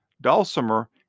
dulcimer